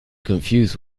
confused